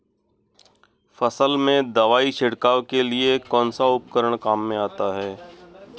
फसल में दवाई छिड़काव के लिए कौनसा उपकरण काम में आता है?